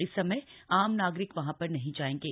इस समय आम नागरिक वहां पर नहीं जाएंगे